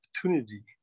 opportunity